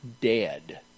dead